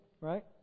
right